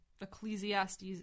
Ecclesiastes